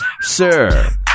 Sir